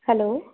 hello